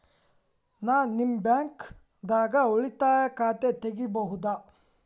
ನಾ ನಿಮ್ಮ ಬ್ಯಾಂಕ್ ದಾಗ ಉಳಿತಾಯ ಖಾತೆ ತೆಗಿಬಹುದ?